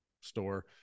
store